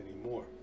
anymore